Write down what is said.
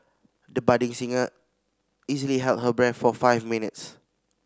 the budding singer easily held her breath for five minutes